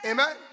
Amen